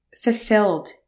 fulfilled